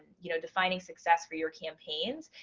you know, defining success for your campaigns.